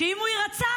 שאם הוא יירצח,